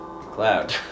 Cloud